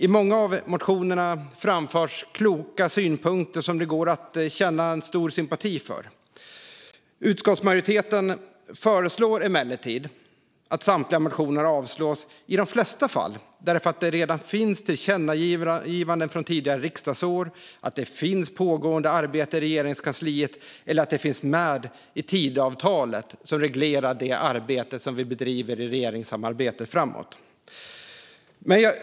I många av motionerna framförs kloka synpunkter som det går att känna stor sympati för. Utskottsmajoriteten föreslår emellertid att samtliga motioner avslås, i de flesta fall därför att det redan finns tillkännagivanden från tidigare riksdagsår, att arbete pågår i Regeringskansliet eller att det finns med i Tidöavtalet, som reglerar det arbete som vi bedriver framåt i regeringssamarbetet.